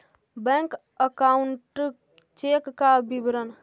Bank account check का विवरण?